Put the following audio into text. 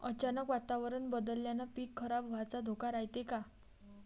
अचानक वातावरण बदलल्यानं पीक खराब व्हाचा धोका रायते का?